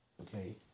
Okay